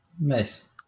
Nice